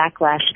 backlash